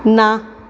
ਨਾ